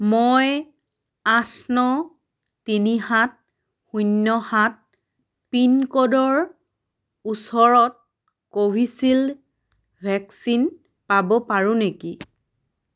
মই আঠ ন তিনি সাত শূন্য সাত পিনক'ডৰ ওচৰত কোভিশ্ৱিল্ড ভেকচিন পাব পাৰোঁ নেকি